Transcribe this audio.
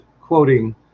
quoting